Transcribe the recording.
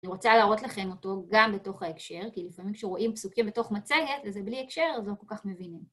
אני רוצה להראות לכם אותו גם בתוך ההקשר, כי לפעמים כשרואים פסוקים בתוך מצגת, וזה בלי הקשר, אז לא כל כך מבינים.